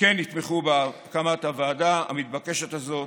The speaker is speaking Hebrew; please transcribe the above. כן יתמכו בהקמת הוועדה המתבקשת הזאת.